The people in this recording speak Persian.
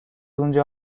اونجا